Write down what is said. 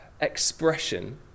expression